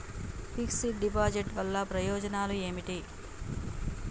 Fix డ్ deposit వల్ల ప్రయోజనాలు ఏమిటి?